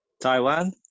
Taiwan